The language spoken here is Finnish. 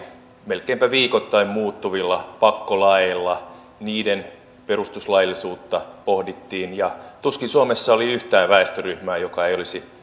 melkeinpä viikoittain muuttuvilla pakkolaeilla ja niiden perustuslaillisuutta pohdittiin tuskin suomessa oli yhtään väestöryhmää joka ei olisi